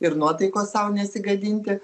ir nuotaikos sau nesigadinti